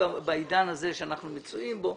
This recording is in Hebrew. בעידן הזה שאנחנו מצויים בו,